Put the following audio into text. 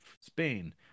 Spain